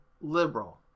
liberal